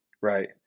right